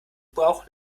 bauch